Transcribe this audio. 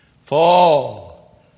fall